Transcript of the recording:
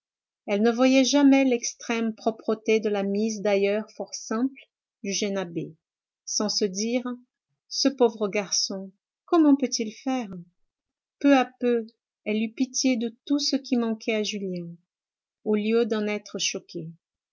elle ne voyait jamais l'extrême propreté de la mise d'ailleurs fort simple du jeune abbé sans se dire ce pauvre garçon comment peut-il faire peu à peu elle eut pitié de tout ce qui manquait à julien au lieu d'en être choquée